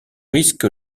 risque